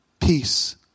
Peace